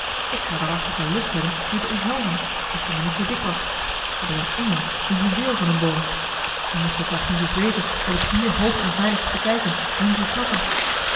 ik zou waarachtig wel lust hebben je te omhelzen als je maar niet zoo dik was je bent een engel een juweel van een boom ze moesten het daar ginds eens weten dat ik hier hoog en veilig zit te kijken wien ze snappen